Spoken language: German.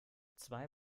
zwei